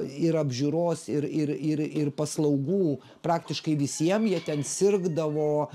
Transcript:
ir apžiūros ir ir ir ir paslaugų praktiškai visiem jie ten sirgdavo